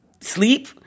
sleep